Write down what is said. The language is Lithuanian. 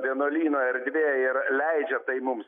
vienuolyno erdvė ir leidžia tai mums